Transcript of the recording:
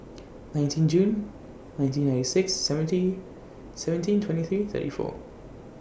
nineteen June nineteen ninety six seventy seventeen twenty three thirty four